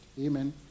Amen